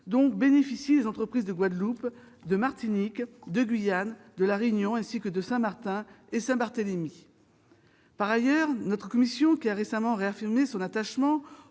dont bénéficient les entreprises de Guadeloupe, de Martinique, de Guyane, de La Réunion, ainsi que de Saint-Martin et Saint-Barthélemy. Par ailleurs, notre commission, qui a récemment réaffirmé son attachement